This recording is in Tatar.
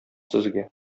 сезгә